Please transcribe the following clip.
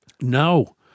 No